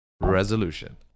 Resolution